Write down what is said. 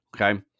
okay